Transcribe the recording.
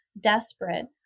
desperate